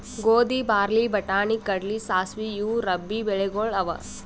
ಗೋಧಿ, ಬಾರ್ಲಿ, ಬಟಾಣಿ, ಕಡ್ಲಿ, ಸಾಸ್ವಿ ಇವು ರಬ್ಬೀ ಬೆಳಿಗೊಳ್ ಅವಾ